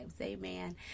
amen